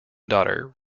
daughter